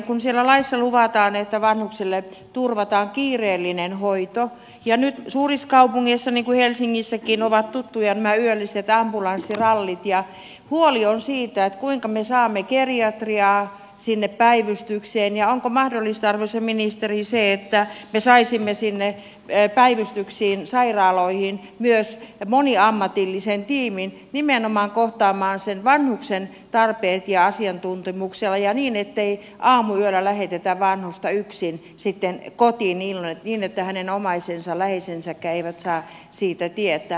kun siellä laissa luvataan että vanhuksille turvataan kiireellinen hoito ja nyt suurissa kaupungeissa niin kuin helsingissäkin ovat tuttuja nämä yölliset ambulanssirallit ja huoli on siitä kuinka me saamme geriatriaa sinne päivystykseen onko mahdollista arvoisa ministeri että me saisimme sinne päivystyksiin sairaaloihin myös moniammatillisen tiimin nimenomaan kohtaamaan sen vanhuksen tarpeet ja asiantuntemuksella ja niin ettei aamuyöllä lähetetä vanhusta yksin sitten kotiin niin että hänen omaisensa läheisensäkään eivät saa siitä tietää